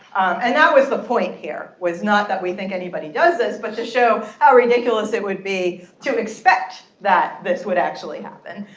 and that was the point here was not that we think anybody does this, but to show how ridiculous it would be to expect that this would actually happen.